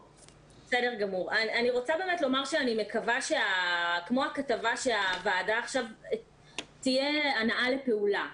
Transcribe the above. אני רוצה באמת לומר שאני מקווה שהוועדה עכשיו תהיה הנעה לפעולה,